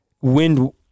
wind